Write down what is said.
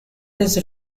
his